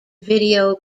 video